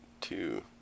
Two